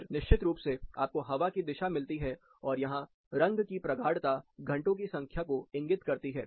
फिर निश्चित रूप से आपको हवा की दिशा मिलती है और यहां रंग की प्रगाढ़ता घंटों की संख्या को इंगित करती है